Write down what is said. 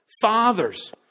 Fathers